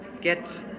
get